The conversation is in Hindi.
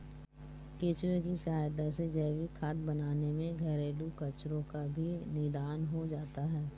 केंचुए की सहायता से जैविक खाद बनाने में घरेलू कचरो का भी निदान हो जाता है